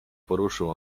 poruszył